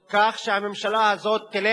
כך שהממשלה הזאת תלך,